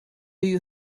you